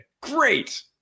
Great